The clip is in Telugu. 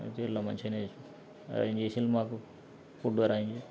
మంచిగా ఇట్లా మంచిగానే చేసిండ్రు అరేంజ్ చేసిండు మాకు ఫుడ్ అయన్ని